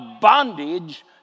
bondage